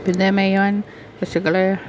പിന്നെ മെയ്യുവാൻ പശുക്കളെ